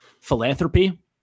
philanthropy